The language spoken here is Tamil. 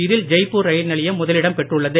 இதில் ஜெய்பூர் ரயில் நிலையம் முதலிடம் பெற்றுள்ளது